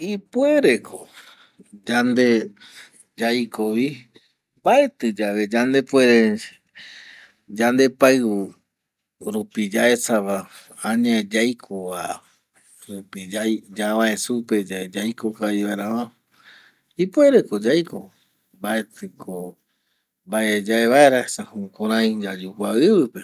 Ipuere ko yande yaiko vi mbaetɨ yave yandepuere yandepaɨu rupi yaesa va añae yaiko va rupi yavae supe yae yaiko kavi vaera va ipuere ko yaiko, mbaetɨ ko mbae yae vaera esa jukurai yayu kua ɨvɨ pe